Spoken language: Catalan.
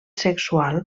sexual